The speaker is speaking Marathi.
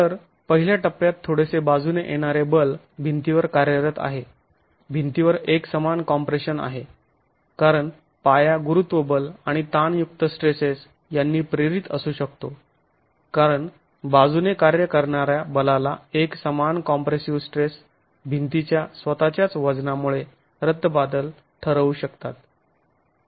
तर पहिल्या टप्प्यात थोडेसे बाजूने येणारे बल भिंतीवर कार्यरत आहे भिंतीवर एकसमान कॉम्प्रेशन आहे कारण पाया गुरुत्वबल आणि ताणयुक्त स्ट्रेसेस यांनी प्रेरित असू शकतो कारण बाजूने कार्य करणाऱ्या बलाला एकसमान कॉम्प्रेसिव स्ट्रेस भिंतीच्या स्वतःच्याच वजनामुळे रद्दबातल ठरवू शकतात